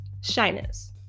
shyness